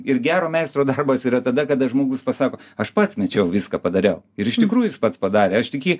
ir gero meistro darbas yra tada kada žmogus pasako aš pats mečiau viską padariau ir iš tikrųjų jis pats padarė aš tik jį